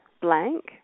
blank